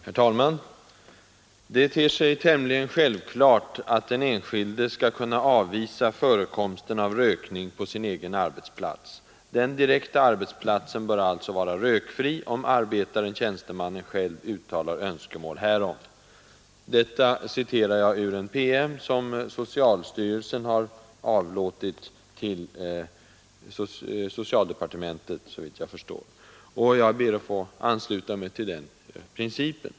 Herr talman! ”Det ter sig tämligen självklart att den enskilde skall kunna avvisa förekomsten av rökning på sin egen arbetsplats. Den direkta arbetsplatsen bör alltså vara rökfri om arbetaren-tjänstemannen själv uttalar önskemål härom.” — Detta citerar jag ur en PM, som socialstyrelsen har överlämnat till socialdepartementet. Jag ber att få ansluta mig till den principen.